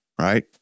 Right